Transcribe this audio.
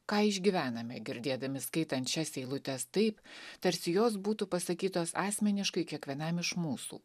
ką išgyvename girdėdami skaitant šias eilutes taip tarsi jos būtų pasakytos asmeniškai kiekvienam iš mūsų